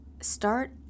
start